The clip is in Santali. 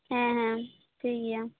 ᱦᱮᱸ ᱦᱮᱸ ᱴᱷᱤᱠ ᱜᱮᱭᱟ